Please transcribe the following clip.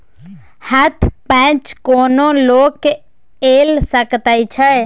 हथ पैंच कोनो लोक लए सकैत छै